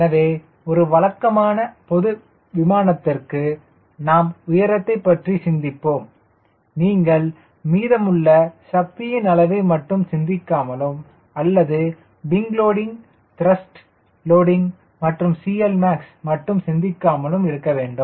எனவே ஒரு வழக்கமான பொது விமானத்திற்கு நாம் உயரத்தைப் பற்றி சிந்திப்போம் நீங்கள் மீதமுள்ள சக்தியின் அளவை மட்டும் சிந்திக்காமலும் அல்லது விங் லோடிங் த்ரஸ்ட் லோடிங் மற்றும் CL max மட்டும் சிந்திக்காமலும் இருக்க வேண்டும்